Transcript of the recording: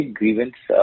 grievance